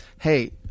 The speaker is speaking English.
hey